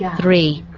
yeah three.